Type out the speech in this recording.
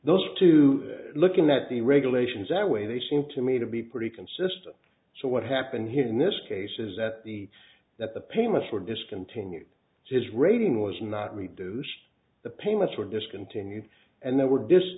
those two looking at the regulations that way they seem to me to be pretty consistent so what happened here in this case is that the that the payments were discontinued his rating was not reduced the payments were discontinued and they were